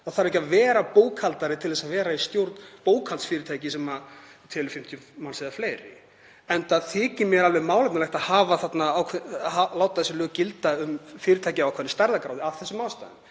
Það þarf ekki að vera bókhaldari til að vera í stjórn bókhaldsfyrirtækis sem telur 50 manns eða fleiri, enda þykir mér alveg málefnalegt að láta þessi lög gilda um fyrirtæki af ákveðinni stærðargráðu af þessum ástæðum.